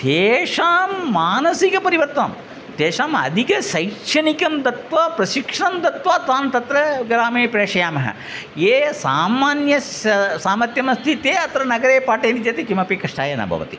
तेषां मानसिक परिवर्तनं तेषाम् अधिकं शैक्षणिकं दत्वा प्रशिक्षणं दत्वा तां तत्र ग्रामे प्रेषयामः ये सामान्यस् स सामर्थ्यम् अस्ति ते नगरे पाठयन्ति चेत् किमपि कष्टाय न भवति